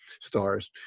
stars